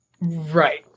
right